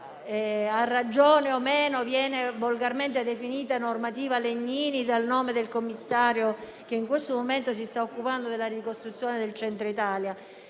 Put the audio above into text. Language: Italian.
a ragione, viene definita normativa Legnini, dal nome del commissario che in questo momento si sta occupando della ricostruzione nel Centro Italia,